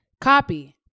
copy